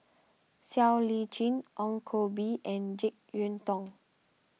Siow Lee Chin Ong Koh Bee and Jek Yeun Thong